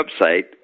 website